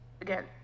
again